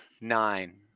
Nine